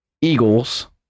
Eagles